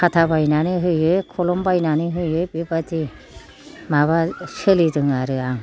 खाथा बायनानै होयो खलम बायनानै होयो बेबादि माबा सोलिदों आरो आं